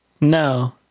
No